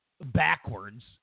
backwards